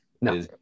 no